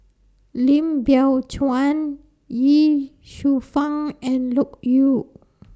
Lim Biow Chuan Ye Shufang and Loke Yew